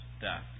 death